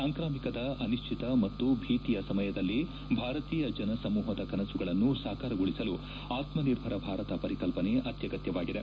ಸಾಂಕ್ರಾಮಿಕದ ಅನಿಶ್ಚಿತ ಮತ್ತು ಭೀತಿಯ ಸಮಯದಲ್ಲಿ ಭಾರತೀಯ ಜನಸಮೂಪದ ಕನಸುಗಳನ್ನು ಸಾಕಾರಗೊಳಿಸಲು ಆತ್ಮನಿರ್ಭರ ಭಾರತ ಪರಿಕಲ್ಪನೆ ಅತ್ಯಗತ್ಯವಾಗಿದೆ